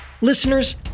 Listeners